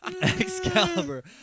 Excalibur